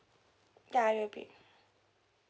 ya it will be